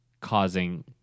causing